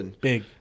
big